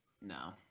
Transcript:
No